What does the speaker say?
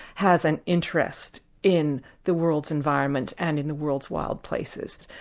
has an interest in the world's environment and in the world's wild places.